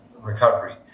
recovery